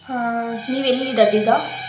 ಹಾಂ ನೀವೆಲ್ಲಿ